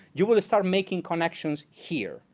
you will start making connections here.